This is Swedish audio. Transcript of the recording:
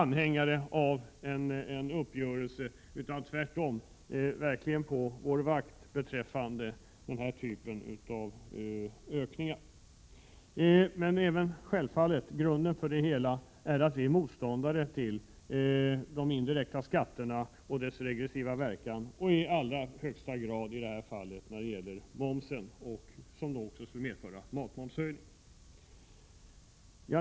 Tvärtom är det en anledning för oss att vara på vår vakt beträffande den här typen av uppgörelser. Den främsta anledningen till att vi inte går med på detta förslag är emellertid att vi är motståndare till de indirekta skatterna och deras regressiva verkan. En höjning av momsen skulle ju även innebära en höjning av matmomsen.